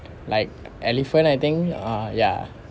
like elephant I think ah ya